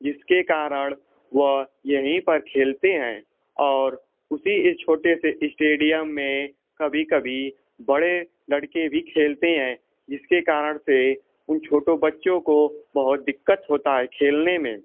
जिसके कारण वह यहीं पर खेलते हैं और उसी इस छोटे से इस्टेडियम में कभी कभी बड़े लड़के भी खेलते हैं जिसके कारण से उन छोटों बच्चों को बहुत दिक्कत होता है खेलने में